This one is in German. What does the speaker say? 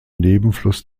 nebenfluss